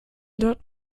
dort